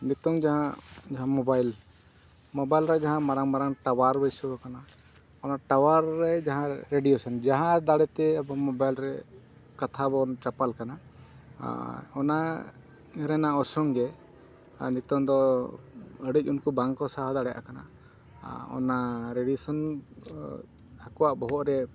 ᱱᱤᱛᱳᱜ ᱡᱟᱦᱟᱸ mobile mobile ᱨᱮ ᱡᱟᱦᱟᱸ ᱢᱟᱨᱟᱝ ᱢᱟᱨᱟᱝ ᱴᱟᱣᱟᱨ ᱵᱟᱹᱭᱥᱟᱹᱣ ᱟᱠᱟᱱᱟ ᱚᱱᱟ ᱴᱟᱣᱟᱨ ᱨᱮ ᱡᱟᱦᱟᱸ ᱨᱮᱰᱤᱭᱮᱥᱮᱱ ᱡᱟᱦᱟᱸ ᱫᱟᱲᱮᱛᱮ ᱟᱵᱚ ᱢᱳᱵᱟᱭᱤᱞ ᱨᱮ ᱠᱟᱛᱷᱟ ᱵᱚᱱ ᱪᱟᱯᱟᱞ ᱠᱟᱱᱟ ᱟᱨ ᱚᱱᱟ ᱨᱮᱱᱟᱜ ᱚᱨᱥᱚᱝ ᱜᱮ ᱱᱤᱛᱳᱜ ᱫᱚ ᱟᱹᱰᱤ ᱩᱱᱠᱩ ᱵᱟᱝᱠᱚ ᱥᱟᱦᱟᱣ ᱫᱟᱲᱮᱭᱟᱜ ᱠᱟᱱᱟ ᱚᱱᱟ ᱨᱮᱰᱤᱭᱮᱥᱮᱱ ᱟᱠᱚᱣᱟᱜ ᱵᱚᱦᱚᱜ ᱨᱮ